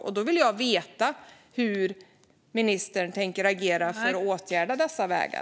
Jag vill veta hur ministern tänker agera för att åtgärda dessa vägar.